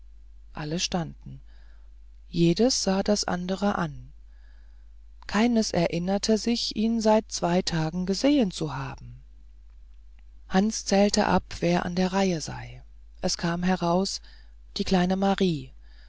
alle standen jedes sah das andere an keines erinnerte sich ihn seit zwei tagen gesehen zu haben hans zählte ab wer an der reihe sei es kam heraus die kleine marie